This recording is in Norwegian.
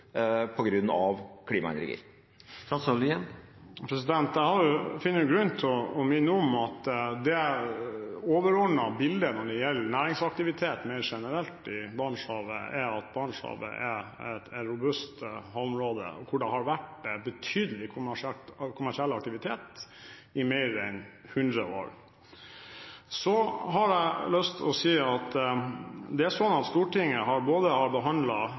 Jeg finner grunn til å minne om at det overordnede bildet når det gjelder næringsaktivitet rent generelt i Barentshavet, er at Barentshavet er et robust havområde, og at det har vært betydelig kommersiell aktivitet der i mer enn 100 år. Det er slik at Stortinget i forrige periode både behandlet forvaltningsplanen for Barentshavet og åpningsmeldingen for Barentshavet sørøst. Selvfølgelig vil de rammene Stortinget har